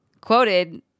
quoted